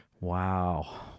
Wow